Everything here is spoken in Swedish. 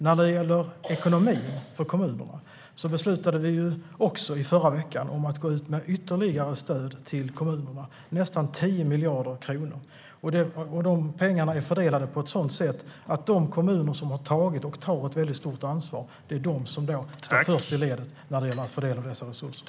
När det gäller ekonomin för kommunerna beslutade vi också i förra veckan om ytterligare stöd till kommunerna, nästan 10 miljarder kronor. De kommuner som har tagit och tar ett stort ansvar står först i ledet när dessa resurser ska fördelas.